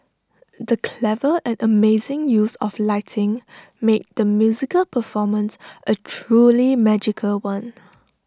the clever and amazing use of lighting made the musical performance A truly magical one